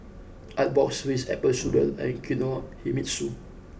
Artbox Ritz Apple Strudel and Kinohimitsu